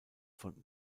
von